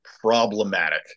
problematic